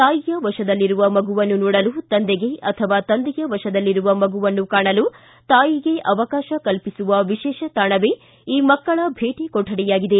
ತಾಯಿಯ ವಶದಲ್ಲಿರುವ ಮಗುವನ್ನು ನೋಡಲು ತಂದೆಗೆ ಅಥವಾ ತಂದೆಯ ವಶದಲ್ಲಿರುವ ಮಗುವನ್ನು ಕಾಣಲು ತಾಯಿಗೆ ಅವಕಾಶ ಕಲ್ಪಿಸುವ ವಿಶೇಷ ತಾಣವೇ ಈ ಮಕ್ಕಳ ಭೇಟಿ ಕೊಠಡಿಯಾಗಿದೆ